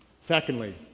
Secondly